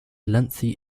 lengthy